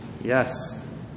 Yes